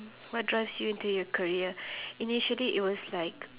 what drives you to your career initially it was like